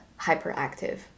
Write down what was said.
hyperactive